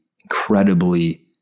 incredibly